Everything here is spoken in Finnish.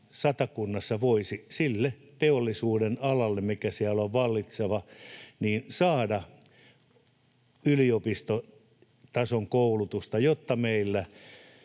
Satakunnassa voisi sille teollisuudenalalle, mikä siellä on vallitseva, saada yliopistotason koulutusta, jotta meillä